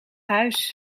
huis